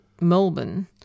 Melbourne